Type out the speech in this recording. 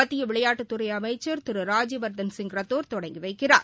மத்திய விளையாட்டுத் துறை அமைச்சர் திரு ராஜவர்தன் சிங் ரத்தோர் தொடங்கி வைக்கிறார்